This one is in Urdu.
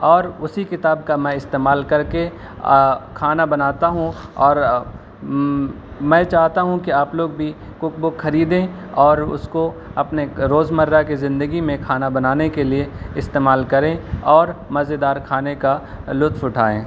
اور اسی کتاب کا میں استعمال کر کے کھانا بناتا ہوں اور میں چاہتا ہوں کہ آپ لوگ بھی کک بک خریدیں اور اس کو اپنے روزمرہ کے زندگی میں کھانا بنانے کے لیے استعمال کریں اور مزیدار کھانے کا لطف اٹھائیں